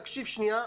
תקשיב שנייה,